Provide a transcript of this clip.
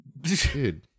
Dude